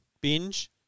Binge